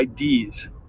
IDs